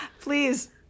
Please